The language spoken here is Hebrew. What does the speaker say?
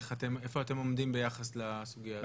איפה אתם עומדים ביחס לסוגיה הזאת?